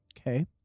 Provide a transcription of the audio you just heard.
Okay